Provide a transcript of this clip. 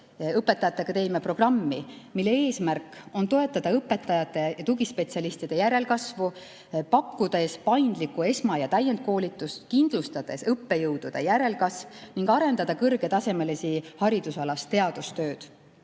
õpetajate akadeemia programmi, mille eesmärk on toetada õpetajate ja tugispetsialistide järelkasvu, pakkudes paindlikku esma‑ ja täienduskoolitust, kindlustada õppejõudude järelkasvu ning arendada kõrgetasemelist haridusalast teadustööd.